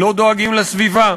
לא דואגים לסביבה.